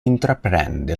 intraprende